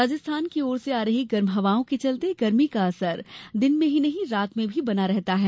राजस्थान की ओर आ रही गर्म हवाओं के चलते गर्मी का असर दिन में ही नही रात में भी बना रहता है